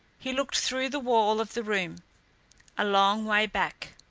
he looked through the wall of the room a long way back.